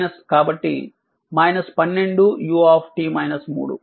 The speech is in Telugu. కాబట్టి 12 u